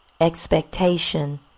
expectation